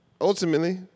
Ultimately